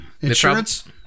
Insurance